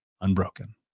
unbroken